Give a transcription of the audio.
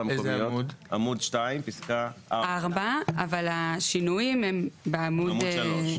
עמוד 2 פסקה 4. אבל השינויים הם בעמוד שלוש.